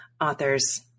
authors